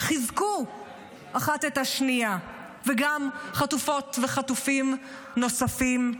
חיזקו אחת את השנייה וגם חטופות וחטופים נוספים,